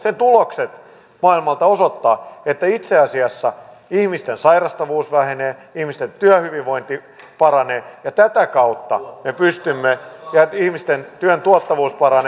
sen tulokset maailmalta osoittavat että itse asiassa ihmisten sairastavuus vähenee ihmisten työhyvinvointi paranee ja työn tuottavuus paranee